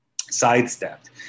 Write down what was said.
sidestepped